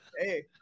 Hey